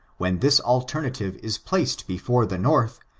when this alternative is placed before the north,